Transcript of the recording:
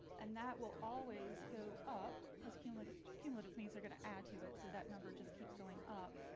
and that will always go up because cumulative cumulative means are going to add to it. so that number just keeps going up.